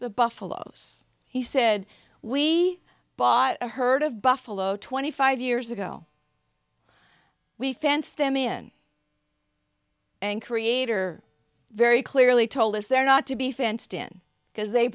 the buffaloes he said we bought a herd of buffalo twenty five years ago we fenced them in and creator very clearly told us they're not to be fenced in because they